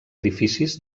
edificis